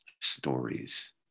stories